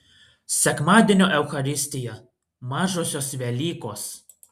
sekmadienio eucharistija mažosios velykos